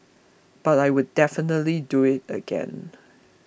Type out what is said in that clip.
but I would definitely do it again